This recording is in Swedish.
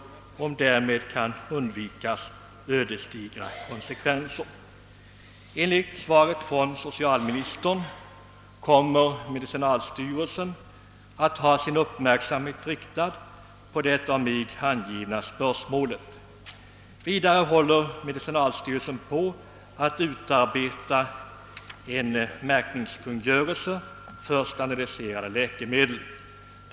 Enligt socialministerns svar kommer medicinalstyrelsen att ha sin uppmärksamhet riktad mot det av mig berörda spörsmålet. Vidare håller den på att utarbeta en märkningskungörelse för standardiserade läkemedel.